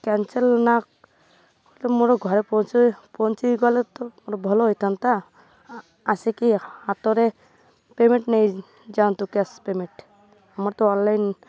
cancel ନା କଲେ ମୋର ଘରେ ପହଞ୍ଚ ପହଞ୍ଚି ଗଲେ ତ ମୋର ଭଲ ହେଇଥାନ୍ତା ଆସିକି ହାତରେ ପେମେଣ୍ଟ ନେଇଯାଆନ୍ତୁ କ୍ୟାସ୍ ପେମେଣ୍ଟ ଆମର ତ ଅନ୍ଲାଇନ୍